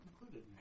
included